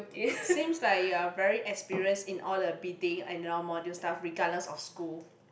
seems like you are very experienced in all the be thing and around module stuff regardless of school